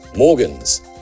Morgan's